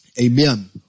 Amen